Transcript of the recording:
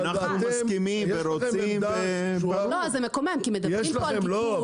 אנחנו מסכימים ורוצים -- לא זה מקומם כי מדברים פה על -- לא,